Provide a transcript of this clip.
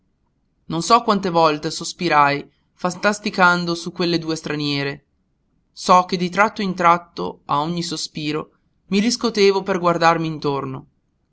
non so quante volte sospirai fantasticando su quelle due straniere so che di tratto in tratto a ogni sospiro mi riscotevo per guardarmi intorno